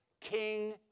King